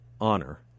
honor